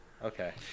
okay